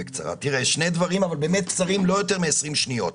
שני דברים, אבל באמת קצרים, לא יותר מ-20 שניות.